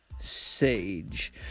Sage